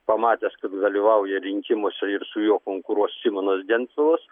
pamatęs kad dalyvauja rinkimuose ir su juo konkuruos simonas gentvilas